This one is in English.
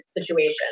situation